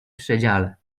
przedziale